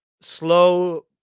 slow